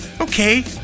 okay